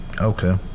Okay